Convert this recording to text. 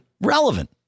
relevant